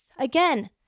Again